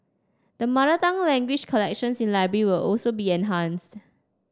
the mother tongue language collections in library will also be enhanced